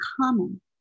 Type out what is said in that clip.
common